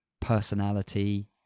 personality